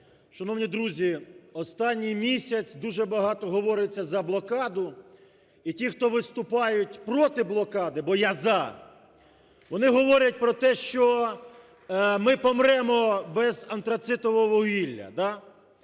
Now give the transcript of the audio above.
Шановні друзі, останній місяць дуже багато говориться за блокаду. І ті, хто виступають проти блокади, бо я – за, вони говорять про те, що ми помремо без антрацитового вугілля,